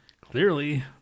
Clearly